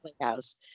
Playhouse